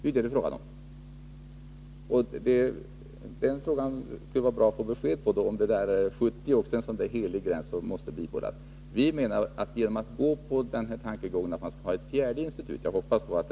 Det är detta det är fråga om. Det skulle vara bra att få besked om huruvida 70 96 är en helig gräns som måste bibehållas. Vi menar att socialdemokraterna borde ansluta sig till den här tankegången, dvs. att man inte skall ha ett fjärde institut.